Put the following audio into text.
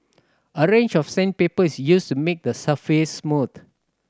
a range of sandpaper is used to make the surface smooth